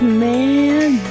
man